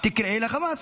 תקראי לחמאס.